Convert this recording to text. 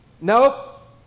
nope